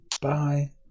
bye